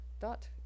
dot